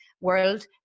world